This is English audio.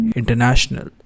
international